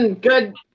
good